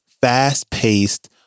fast-paced